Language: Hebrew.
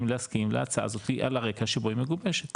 להסכים להצעה הזאתי על הרקע שבו היא מגובשת.